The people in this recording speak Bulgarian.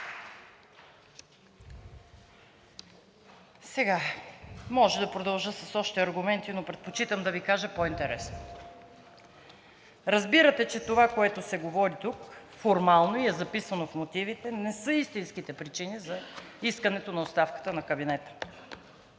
Може да продължа с още аргументи, но предпочитам да Ви кажа по-интересното. Разбирате, че това, което се говори тук формално и е записано в мотивите, не са истинските причини за искането на оставката на кабинета.